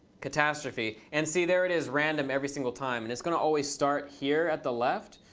catastrophe. and see there it is. random every single time. and it's going to always start here at the left.